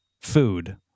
food